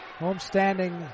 homestanding